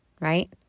right